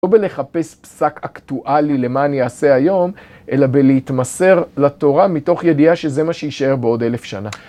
לא בלחפש פסק אקטואלי למה אני אעשה היום, אלא בלהתמסר לתורה מתוך ידיעה שזה מה שיישאר בעוד אלף שנה.